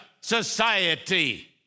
society